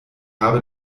habe